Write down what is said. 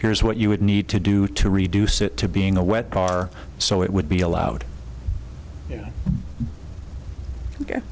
here's what you would need to do to reduce it to being a wet bar so it would be allowed y